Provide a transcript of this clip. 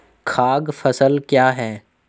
खाद्य फसल क्या है?